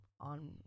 on